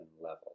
level